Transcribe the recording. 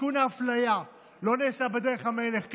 תיקון האפליה לא נעשה בדרך המלך,